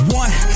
one